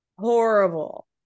horrible